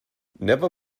never